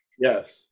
yes